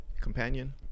Companion